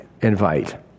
invite